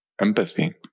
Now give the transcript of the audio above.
empathy